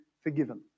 forgiven